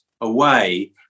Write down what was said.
away